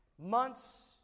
Months